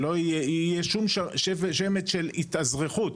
שלא יהיה שום שמץ של התאזרחות.